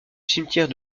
cimetière